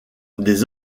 des